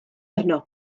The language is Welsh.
arno